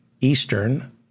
Eastern